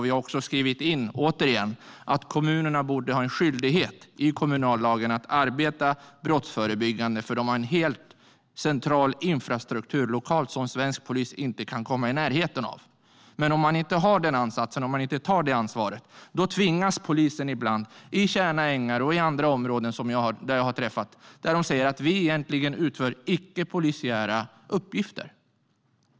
Vi har också skrivit in, återigen, att kommunerna borde ha en skyldighet enligt kommunallagen att arbeta brottsförebyggande, för de har en central infrastruktur lokalt som svensk polis inte kan komma i närheten av. Om man inte har den ansatsen eller tar det ansvaret tvingas polisen ibland - i Tjärna Ängar och andra områden där jag har träffat dem - utföra icke polisiära uppgifter.